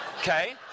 okay